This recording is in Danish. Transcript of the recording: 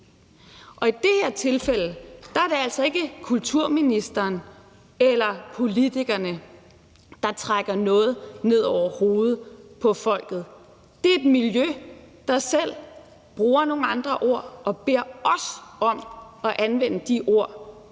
I det her tilfælde er det altså ikke kulturministeren eller politikerne, der trækker noget ned over hovedet på folk. Det er et miljø, der selv bruger nogle andre ord og beder os om at anvende de ord,